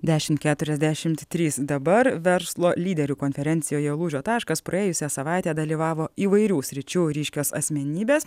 dešim keturiasdešimt trys dabar verslo lyderių konferencijoje lūžio taškas praėjusią savaitę dalyvavo įvairių sričių ryškios asmenybės